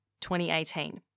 2018